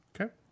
Okay